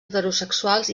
heterosexuals